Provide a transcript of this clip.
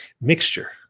mixture